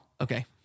Okay